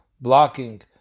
blocking